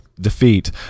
defeat